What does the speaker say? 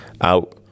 out